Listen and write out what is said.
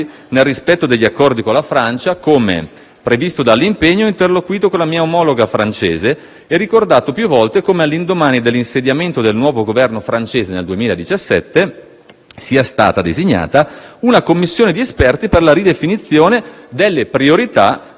previsto dall'impegno, ho interloquito con la mia omologa francese e ricordato più volte come, all'indomani dell'insediamento del nuovo Governo francese nel 2017, sia stata designata una commissione di esperti per la ridefinizione delle priorità del Paese in ambito di infrastrutture e trasporti.